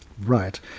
Right